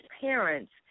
parents